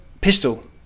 pistol